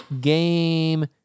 game